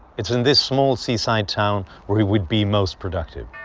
it's in this small seaside town where he would be most productive.